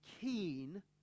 keen